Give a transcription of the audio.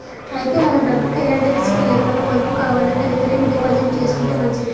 అయితే మన డబ్బుకు ఎలాంటి రిస్కులు లేకుండా పొదుపు కావాలంటే రికరింగ్ డిపాజిట్ చేసుకుంటే మంచిది